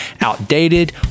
outdated